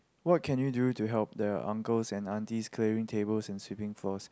what can you do to help the uncles and aunties clearing tables and swiping floor